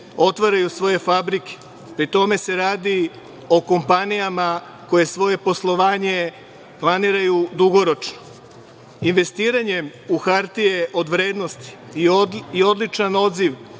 otvaraju svoje fabrike. Pri tome, radi se o kompanijama koje svoje poslovanje planiraju dugoročno. Investiranjem u hartije od vrednosti i odličan odziv